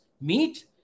meat